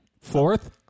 Fourth